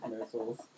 missiles